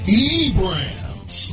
eBrands